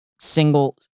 single